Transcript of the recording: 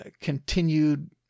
continued